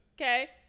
okay